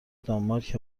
دانمارک